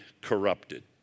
corrupted